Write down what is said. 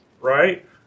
Right